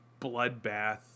bloodbath